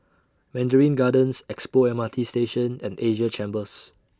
Mandarin Gardens Expo M R T Station and Asia Chambers